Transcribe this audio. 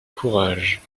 courage